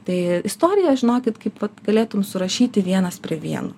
tai istoriją žinoti kaip vat galėtum surašyti vienas prie vieno